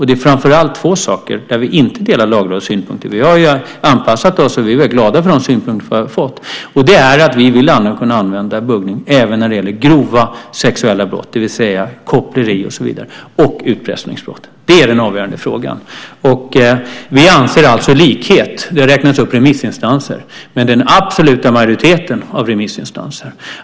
Det är framför allt på två punkter vi inte delar Lagrådets synpunkter - annars är vi väldigt glada för de synpunkter vi har fått och har anpassat oss till dem - nämligen att vi vill kunna använda buggning även när det gäller grova sexuella brott, det vill säga koppleri och så vidare, och utpressningsbrott. Det är den avgörande frågan. Det har räknats upp remissinstanser. Här tycker vi likadant som den absoluta majoriteten av dessa.